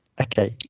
Okay